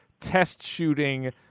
test-shooting